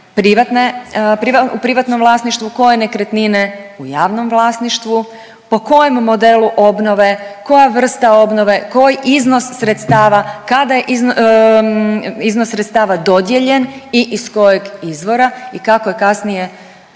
u privatnom vlasništvu, koje nekretnine u javnom vlasništvu, po kojem modelu obnove, koja vrste obnove, koji iznos sredstava, kada je iznos sredstava dodijeljen i iz kojeg izvora i kako je kasnije